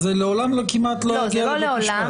לעולם כמעט --- זה לא לעולם,